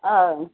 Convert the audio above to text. ಹಾಂ